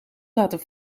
laten